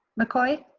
mccoy?